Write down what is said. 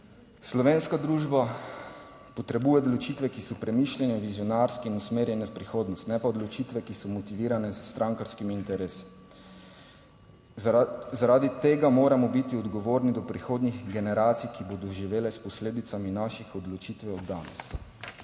Slovenska družba potrebuje odločitve, ki so premišljene, vizionarske in usmerjene v prihodnost, ne pa odločitve, ki so motivirane s strankarskimi interesi. Zaradi tega moramo biti odgovorni do prihodnjih generacij, ki bodo živele s posledicami naših odločitev danes.